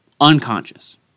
Unconscious